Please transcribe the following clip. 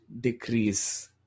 decrease